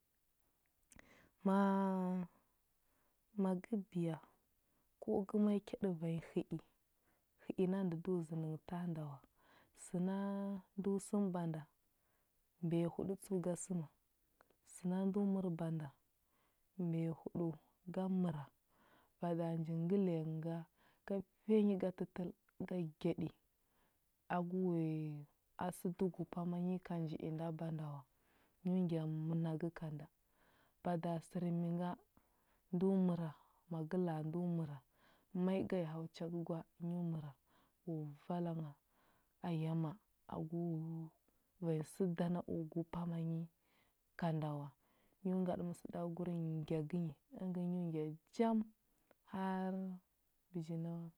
Ma ma gə biya ko gə ma i kyaɗə vanya hə i, hə i na ndə do zənə ta nda wa. Səna ndo səm banda, mbiyahuɗə tsəu ga səma. Səna ndo mər banda, mbiyahuɗəu, ga məra. Bada nji ngəliya nghə nga, ga fiya nyi ga tətəl ga gyaɗi. A gu wuye a sədo gu pama nyi ka nji nda banda wa. Nyo ngya mənagə ka nda. Bada sər mi nga ndo məra, ma gə la a ndo məra ma i ga yi hau cha gə gwa nyo məra. u vala ngha agu vanya səda na gu pama yi ka nda wa. Nyo ngaɗə məsəɗagur ngya gə yi əngə nyo ngya jam har bəji na